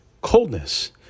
coldness